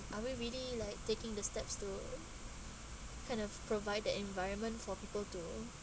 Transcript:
are we really like taking the steps to kind of provide that environment for people to